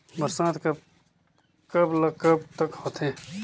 बरसात कब ल कब तक होथे?